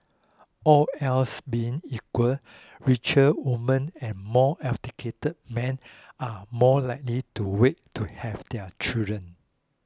all else being equal richer women and more educated men are more likely to wait to have their children